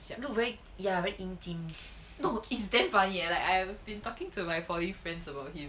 look very ya very yim chim